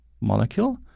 molecule